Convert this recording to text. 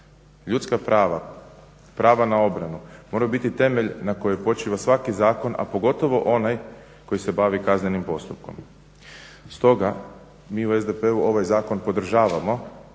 Ljudska prava, prava na obranu moraju biti temelj na kojem počiva svaki zakon, a pogotovo onaj koji se bavi kaznenim postupkom. Stoga mi u SDP-u ovaj zakon podržavamo,